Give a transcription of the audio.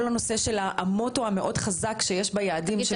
כל הנושא של המוטו המאוד חזק שיש ביעדים.